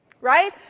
Right